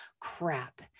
crap